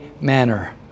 manner